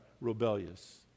rebellious